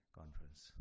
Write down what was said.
conference